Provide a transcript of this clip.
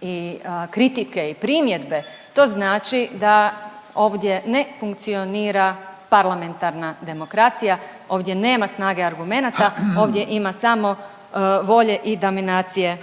i kritike i primjedbe to znači da ovdje ne funkcionira parlamentarna demokracija, ovdje nema snage argumenata, ovdje ima samo volje i dominacije